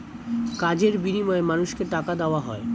কাজের বিনিময়ে মানুষকে টাকা দেওয়া হয়